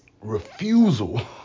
refusal